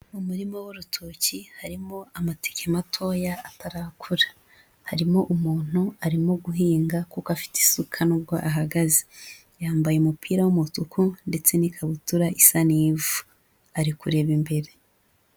Mu murima w'urutoki harimo amateke matoya atarakura, harimo umuntu arimo guhinga kuko afite isuka nubwo ahagaze, yambaye umupira w'umutuku ndetse n'ikabutura isa n'ivu, ari kureba imbere.